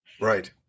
Right